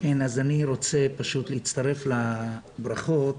אני רוצה להצטרף לברכות